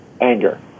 anger